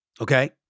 Okay